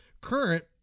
current